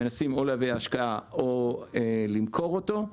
מנסים להביא השקעה או למכור אותו.